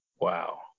Wow